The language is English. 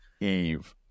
eve